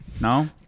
No